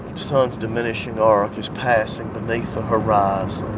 sun's diminishing arc is passing beneath the horizon.